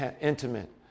intimate